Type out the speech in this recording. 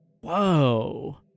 Whoa